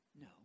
No